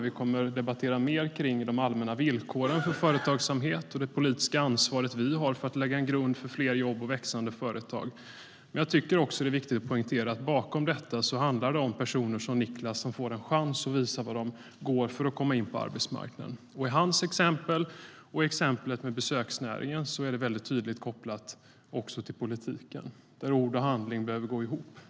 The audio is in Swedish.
Vi kommer i dag att debattera mer kring de allmänna villkoren för företagsamhet och det politiska ansvar vi har för att lägga grunden för fler jobb och växande företag. Men jag tycker också att det är viktigt att poängtera att bakom detta handlar det om personer som Niklas som får en chans att visa vad de går för och komma in på arbetsmarknaden.I hans exempel och i exemplet med besöksnäringen är det också väldigt tydligt kopplat till politiken, där ord och handling behöver gå ihop.